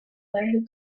who